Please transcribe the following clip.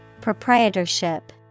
Proprietorship